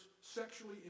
sexually